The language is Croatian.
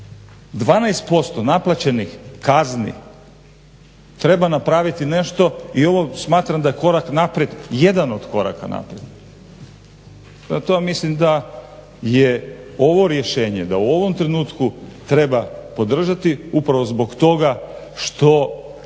12% naplaćenih kazni treba napraviti nešto i ovo smatram da je korak naprijed, jedan od koraka naprijed. To mislim da je ovo rješenje da u ovom trenutku treba podržati upravo zbog toga što